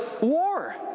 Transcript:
War